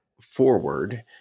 forward